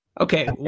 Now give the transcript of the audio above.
Okay